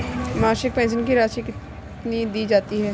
मासिक पेंशन की राशि कितनी दी जाती है?